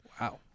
Wow